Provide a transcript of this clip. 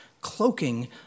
cloaking